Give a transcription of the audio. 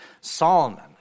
Solomon